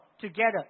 together